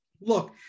look